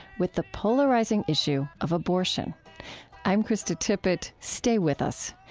with the polarizing issue of abortion i'm krista tippett. stay with us.